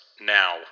now